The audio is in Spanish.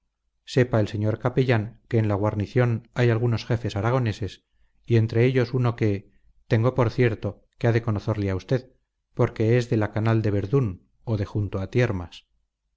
sepa el señor capellán que en la guarnición hay algunos jefes aragoneses y entre ellos uno que tengo por cierto que ha de conocerle a usted porque es de la canal de verdún o de junto a tiermas